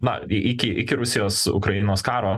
na i iki iki rusijos ukrainos karo